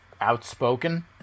outspoken